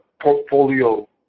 Portfolio